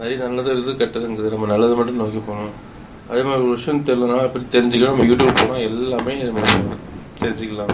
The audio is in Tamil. நிறைய நல்லதும் இருக்குது கெட்டதும் இருக்குது நம்ம நல்லது மட்டும் நோக்கி போகணும் அதே மாதிரி ஒரு விஷயம் தெரியலன்னா அதை பற்றி தெரிஞ்சுக்க நம்ம யூட்யூப் போனால் எல்லாம் இது பண்ணலாம் தெரிஞ்சுக்கலாம்